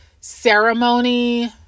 ceremony